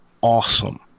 awesome